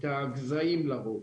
את הגזעים לרוב.